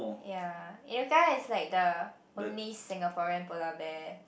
ya Inuka is like the only Singaporean polar bear